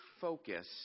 focus